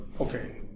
okay